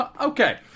Okay